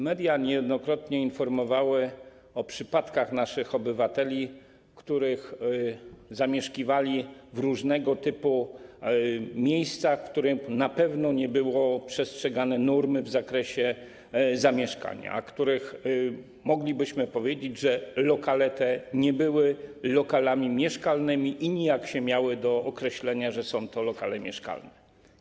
Media niejednokrotnie informowały o przypadkach naszych obywateli, którzy zamieszkiwali w różnego typu miejscach, w których na pewno nie były przestrzegane normy w zakresie zamieszkania, o których moglibyśmy powiedzieć, że lokale te nie były lokalami mieszkalnymi i nijak się miały do określenia, że są to lokale mieszkalne.